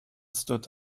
stood